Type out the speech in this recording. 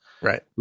Right